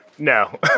No